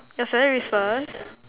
your salary is first